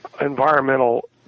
environmental